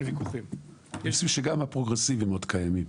וויכוחים --- גם הפרוגרסיביים עוד קיימים.